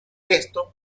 esto